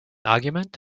argument